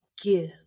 give